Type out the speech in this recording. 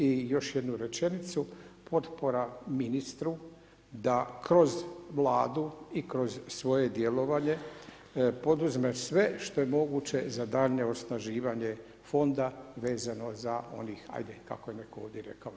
I još jednu rečenicu, potpora ministru da kroz Vladu i kroz svoje djelovanje poduzme sve što je moguće za daljnje osnaživanje fonda vezano za onih ajde kako je ovdje netko rekao 7%